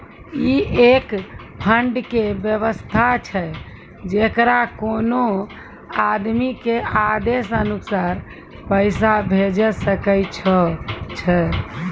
ई एक फंड के वयवस्था छै जैकरा कोनो आदमी के आदेशानुसार पैसा भेजै सकै छौ छै?